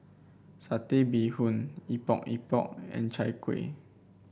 Satay Bee Hoon Epok Epok and Chai Kueh